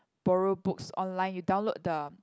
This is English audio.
borrow books online you download the